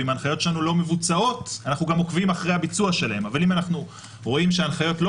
אנחנו גם עוקבים אחרי הביצוע שלהן אבל אם אנחנו רואים שההנחיות לא